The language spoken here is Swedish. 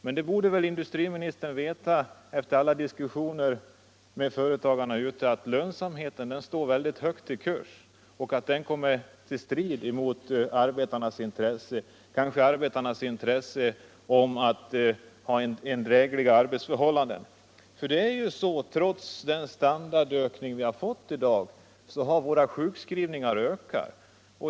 Men industriministern borde, efter alla de diskussioner han haft med företagare ute i landet, veta att lönsamheten står högt i kurs och ofta står i strid med arbetarnas intressen att ha drägliga arbetsförhållanden. Trots standardökningen har ju sjukskrivningarna ökat.